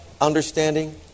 understanding